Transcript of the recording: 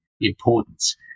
importance